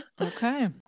okay